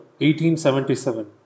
1877